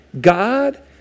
God